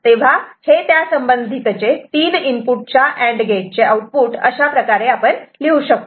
तेव्हा हे त्यासंबंधितचे तीन इनपुट च्याअँड गेटचे आउटपुट अशा प्रकारे लिहू शकतो